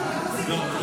שלו.